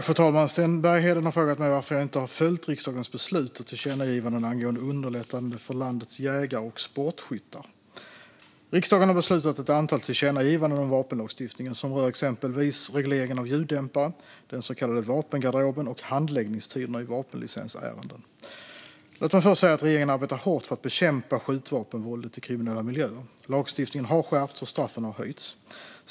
Fru talman! Sten Bergheden har frågat mig varför jag inte har följt riksdagens beslut och tillkännagivanden angående underlättande för landets jägare och sportskyttar. Riksdagen har fattat beslut om ett antal tillkännagivanden om vapenlagstiftningen som rör exempelvis regleringen av ljuddämpare, den så kallade vapengarderoben och handläggningstiderna i vapenlicensärenden. Låt mig först säga att regeringen arbetar hårt för att bekämpa skjutvapenvåldet i kriminella miljöer. Lagstiftningen har skärpts, och straffen har höjts.